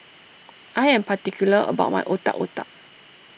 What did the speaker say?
I am particular about my Otak Otak